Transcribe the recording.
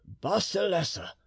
Basilessa